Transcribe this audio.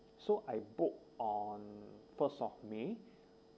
so I book on first of may